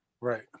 Right